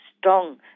strong